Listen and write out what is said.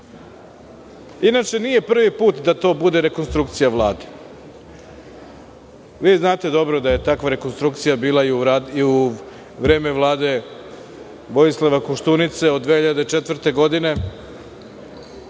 nije prvi put da to bude rekonstrukcija Vlade. Vi znate dobro da je takva rekonstrukcija bila i u vreme Vlade Vojislava Koštunice od 2004, pa